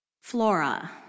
Flora